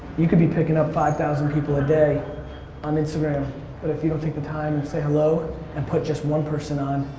you could be picking up five thousand people a day on instagram but if you don't take the time and say hello and put just one person on,